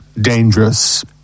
dangerous